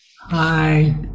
Hi